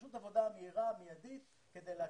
פשוט עבודה מהירה ומיידית כדי להקל.